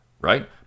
Right